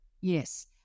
Yes